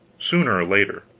sooner or later.